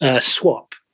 swap